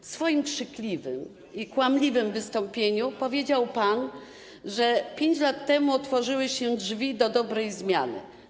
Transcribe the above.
W swoim krzykliwym i kłamliwym wystąpieniu powiedział pan, że 5 lat temu otworzyły się drzwi do dobrej zmiany.